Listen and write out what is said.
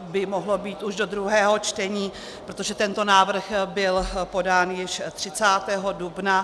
by mohlo být už do druhého čtení, protože tento návrh byl podán již 30. dubna.